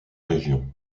région